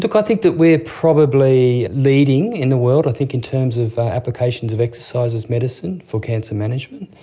but i think that we are probably leading in the world i think in terms of applications of exercise as medicine for cancer management.